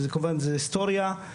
כמובן זה היסטוריה,